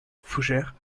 fougères